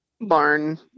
barn